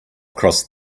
crossed